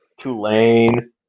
Tulane